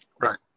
Right